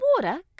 water